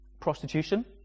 prostitution